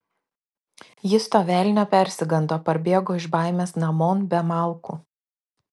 jis to velnio persigando parbėgo iš baimės namon be malkų